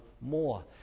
more